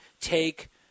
take –